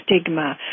stigma